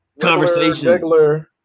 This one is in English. conversation